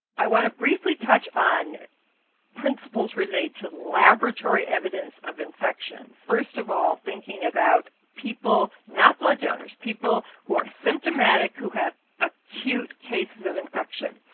i want to briefly touch on principles related to laboratory evidence of infections. first of all, thinking about people not blood donors people who are symptomatic, who have acute cases of infection.